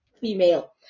female